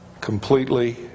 completely